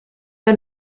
que